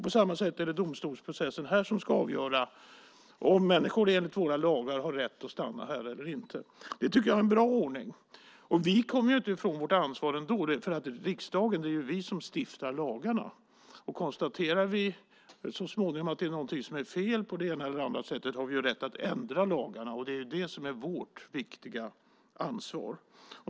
På samma sätt är det en domstolsprocess som ska avgöra om människor enligt våra lagar har rätt att stanna här eller inte. Jag tycker att det är en bra ordning. Vi kommer ändå inte ifrån vårt ansvar. Det är ju vi i riksdagen som stiftar lagarna. Om vi så småningom konstaterar att det är någonting som är fel på det ena eller andra sättet har vi rätt att ändra lagarna. Det är det som är vårt viktiga ansvar.